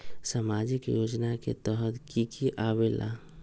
समाजिक योजना के तहद कि की आवे ला?